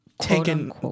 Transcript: taken